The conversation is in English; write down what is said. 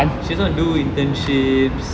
she just want to do internships